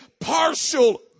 partial